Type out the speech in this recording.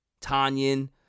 Tanyan